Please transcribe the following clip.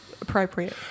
appropriate